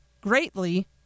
greatly